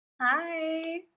hi